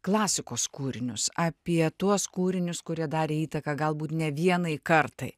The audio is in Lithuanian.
klasikos kūrinius apie tuos kūrinius kurie darė įtaką galbūt ne vienai kartai